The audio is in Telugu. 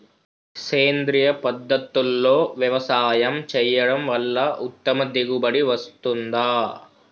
సేంద్రీయ పద్ధతుల్లో వ్యవసాయం చేయడం వల్ల ఉత్తమ దిగుబడి వస్తుందా?